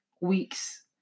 weeks